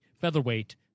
featherweight